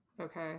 Okay